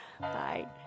Bye